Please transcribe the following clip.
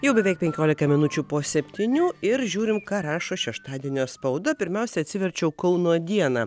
jau beveik penkiolika minučių po septynių ir žiūrim ką rašo šeštadienio spauda pirmiausia atsiverčiau kauno dieną